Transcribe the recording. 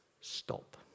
stop